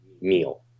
meal